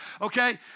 Okay